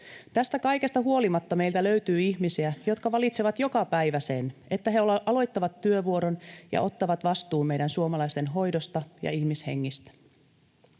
Tästä kaikesta huolimatta meiltä löytyy ihmisiä, jotka valitsevat joka päivä sen, että he aloittavat työvuoron ja ottavat vastuun meidän suomalaisten hoidosta ja ihmishengistä.